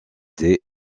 des